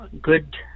Good